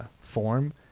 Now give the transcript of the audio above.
form